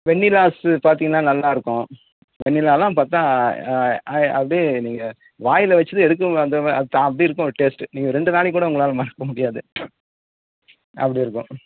வெண்ணிலாஸ் பார்த்திங்கன்னா நல்லாருக்கும் வெண்ணிலாலாம் பார்த்தா அப்படியே நீங்கள் வாயில் வச்சிது எடுக்கும் அந்த அப்படி இருக்கும் டேஸ்டு நீங்கள் ரெண்டு நாளைக்கு கூட உங்களால் மறக்க முடியாது அப்படி இருக்கும்